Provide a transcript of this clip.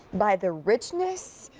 by the richness.